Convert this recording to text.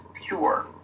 pure